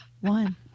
one